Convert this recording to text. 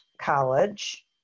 College